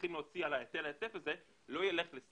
יצטרכו להוציא בעוד שנה על היטל ההיצף הזה לא ילך לסינרג'י,